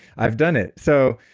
i've done it. so,